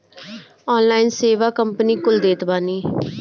online सेवा company कुल देत बानी